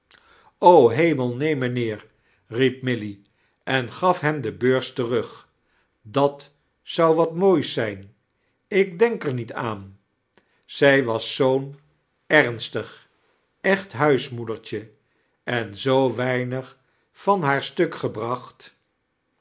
hemel neen mijniheer riep milly en gaf hem de ibeurs terug dat zou wat moots zijn ik denk er niet aan zij was zoo'n ernstig echt huismoedertje en zoo weinig van haar etuk gebraeht